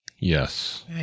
Yes